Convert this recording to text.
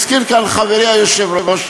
הזכיר כאן חברי היושב-ראש,